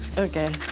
okay.